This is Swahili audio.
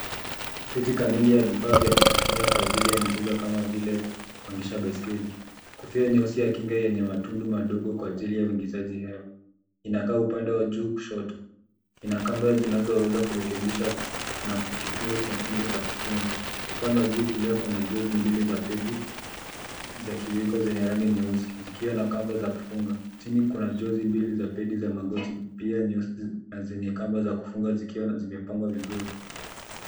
Seti kamili ya vifaa vya kujikinga kwa ajili ya michezo kama vile kuendesha baiskeli , kofia cheusi ya kinga yenye matundu madogo kwa ajili ya uigizaji hewa inakaa upande wa juu kushoto ina kamba zinazoweza kurekebisha na kifungu chekundu cha kufunga ,upande wa juu kulia kuna jozi mbili za Pedi za kiwiko zenye rangi nyeusi zikiwa na kamba za kufunga chini kuna jozi mbili za Pedi za magoti pia ni ya kamba za kufunga zikiwa na zimepangwa vizuri.